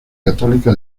católica